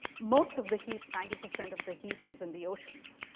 most of the heat, ninety percent of the heat, is in the oceans.